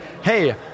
hey